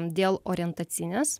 dėl orientacinės